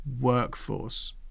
workforce